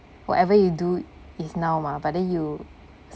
whatever you do is now mah but then you